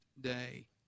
day